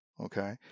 Okay